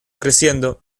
creciendo